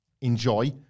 enjoy